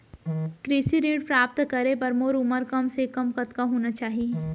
कृषि ऋण प्राप्त करे बर मोर उमर कम से कम कतका होना चाहि?